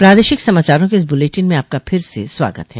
प्रादेशिक समाचारों के इस बुलेटिन में आपका फिर से स्वागत है